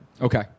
Okay